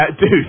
dude